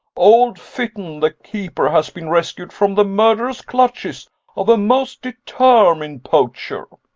old fitton the keeper has been rescued from the murderous clutches of a most de termined poacher